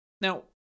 Now